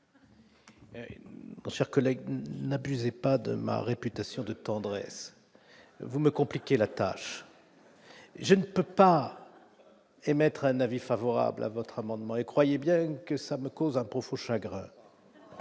par céder. Sûr que n'abusez pas de ma réputation de tendresse, vous me compliquer la tâche, je ne peux pas émettre un avis favorable à votre amendement et croyez bien que ça me cause un profond chagrin